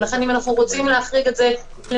ולכן אם אנחנו רוצים להחריג את זה לנושא